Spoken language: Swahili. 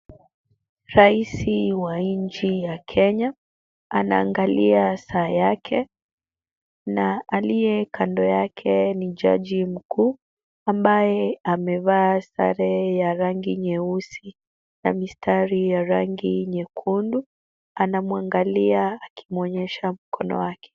Rais wa nchi ya Kenya anaangalia saa yake na aliye kando yake ni jaji mkuu, ambaye amevaa sare ya rangi nyeusi na mistari ya rangi nyekundu. Anamwangalia akimuonyesha mkono wake.